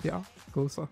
jo klauso